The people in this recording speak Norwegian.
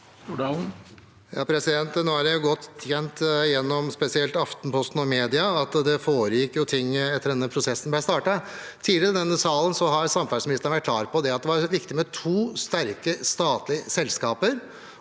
og spesielt gjennom Aftenposten, at det foregikk ting etter at denne prosessen ble startet. Tidligere i denne salen har samferdselsministeren vært klar på at det var viktig med to sterke statlige selskaper